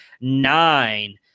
nine